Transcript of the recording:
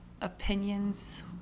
opinions